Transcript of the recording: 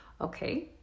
Okay